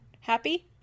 Happy